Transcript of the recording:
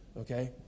okay